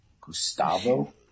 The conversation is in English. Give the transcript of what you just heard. Gustavo